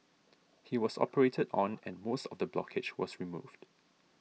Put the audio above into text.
he was operated on and most of the blockage was removed